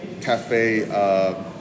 cafe